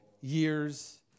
years